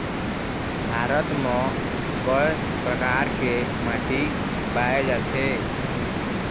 भारत म कय प्रकार के माटी पाए जाथे?